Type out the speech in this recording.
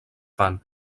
fan